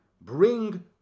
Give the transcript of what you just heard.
bring